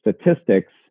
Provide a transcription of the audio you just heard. statistics